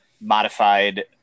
modified